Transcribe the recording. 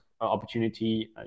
opportunity